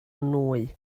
nwy